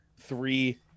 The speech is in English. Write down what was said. three